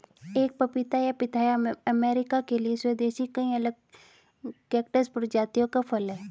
एक पपीता या पिथाया अमेरिका के लिए स्वदेशी कई अलग कैक्टस प्रजातियों का फल है